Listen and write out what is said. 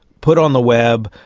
put on the web,